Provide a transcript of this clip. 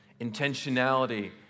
intentionality